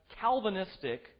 Calvinistic